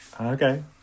Okay